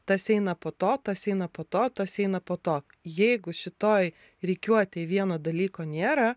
tas eina po to tas eina po to tas eina po to jeigu šitoj rikiuotėj vieno dalyko nėra